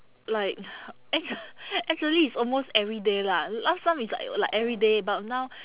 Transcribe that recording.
like actua~ actually it's almost everyday lah last time is like like everyday but now